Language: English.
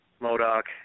Modoc